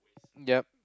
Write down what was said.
yup